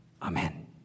Amen